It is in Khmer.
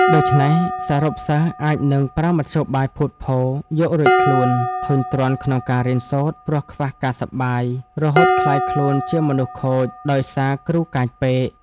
ដូច្នេះ សរុបសិស្សអាចនឹងប្រើមធ្យោបាយភូតភរ យករួចខ្លួន ធុញទ្រាន់ក្នុងការរៀនសូត្រ ព្រោះខ្វះការសប្បាយ រហូតក្លាយខ្លួនជាមនុស្សខូច ដោយសារគ្រូកាចពេក ។